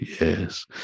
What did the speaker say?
Yes